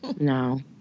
No